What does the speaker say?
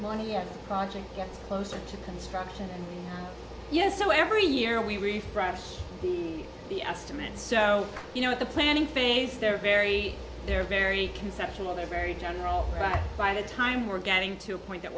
money at project gets closer to construction and yes so every year we refreshed the the estimates so you know the planning phase they're very they're very conceptual they're very general right by the time we're getting to a point that